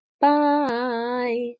bye